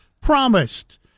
promised